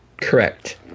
Correct